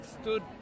stood